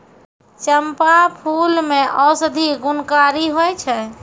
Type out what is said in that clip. चंपा फूल मे औषधि गुणकारी होय छै